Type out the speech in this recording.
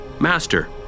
Master